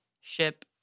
ship